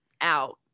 out